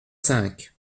cinq